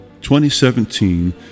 2017